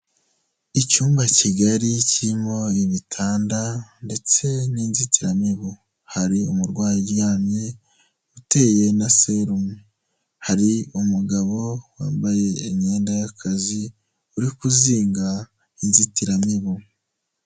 Icyumba kigari kirimo ibitanda ndetse n'inzitiramibu, hari umurwayi uryamye uteye na serumu, hari umugabo wambaye imyenda y'akazi uri kuzinga inzitiramibu.